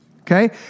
Okay